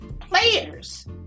players